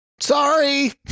Sorry